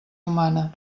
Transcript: humana